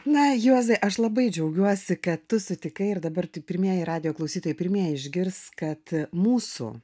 na juozai aš labai džiaugiuosi kad tu sutikai ir dabar tik pirmieji radijo klausytojai pirmieji išgirs kad mūsų